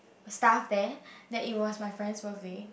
staff there that it was my friend's birthday